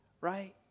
right